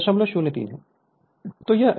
तो यह 970 rpm आ रहा है